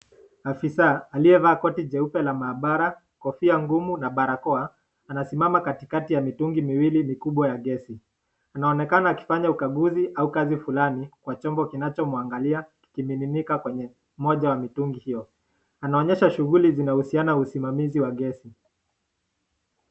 Afisa aliyevaa koti jeupe la maabara, kofia ngumu na barakoa, anasimama katikati ya mitungi miwili mikubwa ya gesi. Anaonekana akifanya ukaguzi au kazi fulani kwa chombo kinacho mwangalia kikimiminika kwenye moja ya mitungi hiyo, anaonyesha shughuli zinahusiana usimamizi wa gesi.